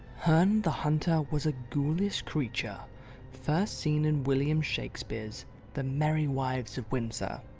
herne the hunter was a ghoulish creature first seen in william shakespeare's the merry wives of windsor.